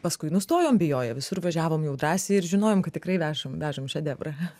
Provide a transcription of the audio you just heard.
paskui nustojom bijoję visur važiavom jau drąsiai ir žinojom kad tikrai vežam vežam šedevrą